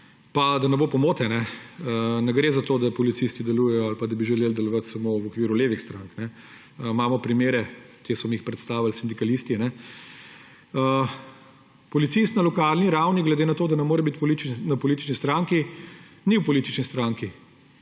pa da ne bo pomote, ne gre za to, da policisti delujejo ali pa da bi želeli delovati samo v okviru levih strank. Imamo primere, ki so mi jih predstavili sindikalisti. Policist na lokalni ravni, glede na to, da ne more biti v politični stranki, ni v politični stranki,